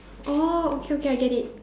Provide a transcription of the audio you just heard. oh okay okay I get it